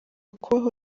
kubaho